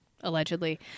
allegedly